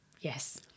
Yes